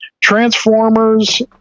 Transformers